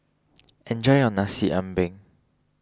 enjoy your Nasi Ambeng